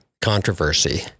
controversy